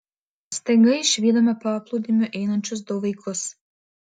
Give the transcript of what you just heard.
staiga išvydome paplūdimiu einančius du vaikus